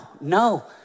no